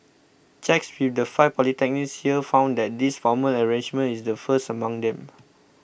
checks with the five polytechnics here found that this formal arrangement is the first among them